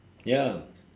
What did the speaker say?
ya